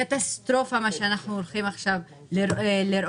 קטסטרופה מה שאנחנו הולכים עכשיו לראות.